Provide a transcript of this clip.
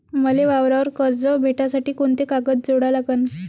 मले वावरावर कर्ज भेटासाठी कोंते कागद जोडा लागन?